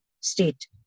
state